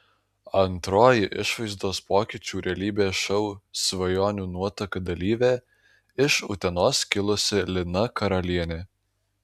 antroji išvaizdos pokyčių realybės šou svajonių nuotaka dalyvė iš utenos kilusi lina karalienė